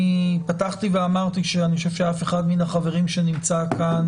פתחתי ואמרתי שאני חושב שאף אחד מהחברים שנמצאים כאן